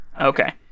Okay